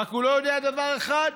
רק שהוא לא יודע דבר אחד,